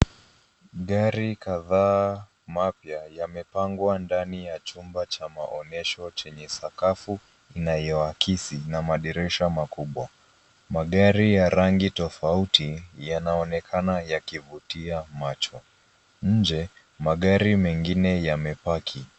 Gari kadhaa mapya yamepangwa ndani ya chumba cha maonyesho chenye sakafu inayoakisi na madirisha makubwa, magari ya rangi tofauti yanaonekana yakivutia macho nje magari mengine yamepaki.